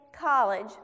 college